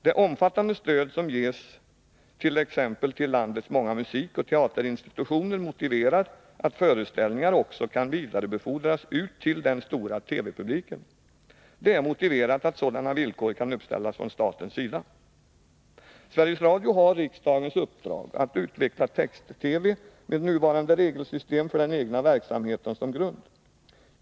Det omfattande stöd som ges t.ex. till landets många musikoch teaterinstitutioner motiverar att föreställningar också kan vidarebefordras ut till den stora TV-publiken. Det är motiverat att sådana villkor kan uppställas från statens sida. Sveriges Radio har riksdagens uppdrag att utveckla text-TV med nuvarande regelsystem för den egna verksamheten som grund.